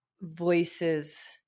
voices